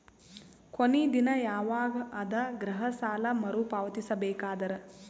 ಕೊನಿ ದಿನ ಯವಾಗ ಅದ ಗೃಹ ಸಾಲ ಮರು ಪಾವತಿಸಬೇಕಾದರ?